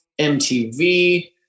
MTV